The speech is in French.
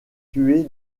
tuer